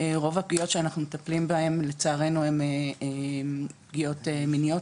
רוב הפגיעות שאנחנו מטפלים בהם לצערנו הם פגיעות מיניות,